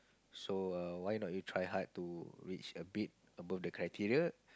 so err why not you try hard to reach a bit above the criteria